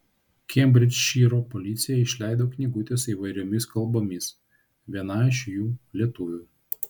kembridžšyro policija išleido knygutes įvairiomis kalbomis viena iš jų lietuvių